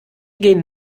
gehen